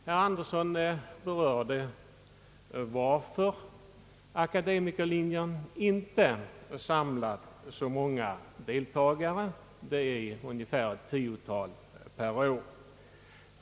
Herr Andersson berörde frågan varför akademikerlinjen inte samlat så många deltagare; ungefär ett tiotal per år.